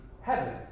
heaven